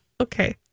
Okay